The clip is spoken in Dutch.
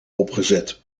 opgezet